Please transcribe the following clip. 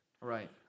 Right